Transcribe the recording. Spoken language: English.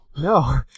No